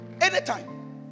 Anytime